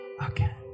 again